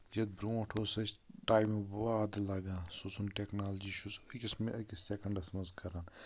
یَتھ برونٛٹھ اوس اَسہِ ٹایمہٕ واد لگان سُہ ژھُن ٹیکنالوجی چھِ سۄ أکِس مہ أکِس سیکِنٛڈس منٛز کران